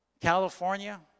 California